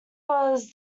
was